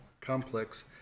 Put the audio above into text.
complex